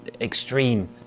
extreme